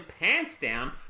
Pantsdown